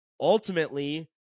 ultimately